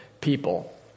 people